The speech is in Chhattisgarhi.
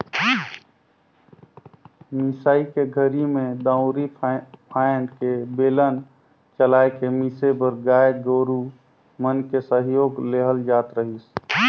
मिसई के घरी में दउंरी फ़ायन्द के बेलन चलाय के मिसे बर गाय गोरु मन के सहयोग लेहल जात रहीस